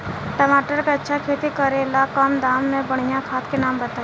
टमाटर के अच्छा खेती करेला कम दाम मे बढ़िया खाद के नाम बताई?